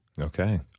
Okay